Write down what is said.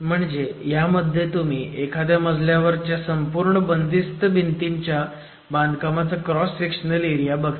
म्हणजे ह्यामध्ये तुम्ही एखादया मजल्यावरच्या संपूर्ण बंदिस्त भिंतीच्या बांधकामाचा क्रॉस सेक्शनल एरिया बघता